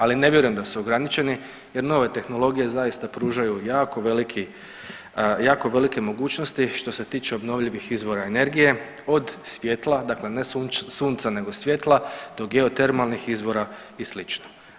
Ali ne vjerujem da su ograničeni jer nove tehnologije zaista pružaju jako velike mogućnosti što se tiče obnovljivih izvora energije od svjetla, dakle ne sunca nego svjetla do geotermalnih izvora i sl.